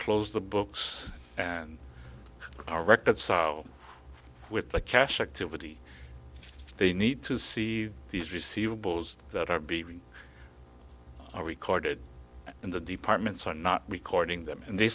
close the books and record with the cash activity they need to see these receive bulls that are beating are recorded and the departments are not recording them and they